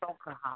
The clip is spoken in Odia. ହଁ